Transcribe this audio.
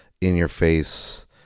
in-your-face